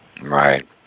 right